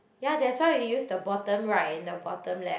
ya that's why we use the bottom right and the bottom left